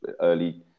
early